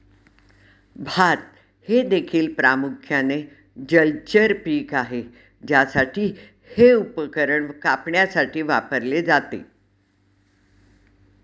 भात हे देखील प्रामुख्याने जलचर पीक आहे ज्यासाठी हे उपकरण कापण्यासाठी वापरले जाते